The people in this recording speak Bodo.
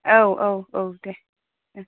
औ औ औ दे ओ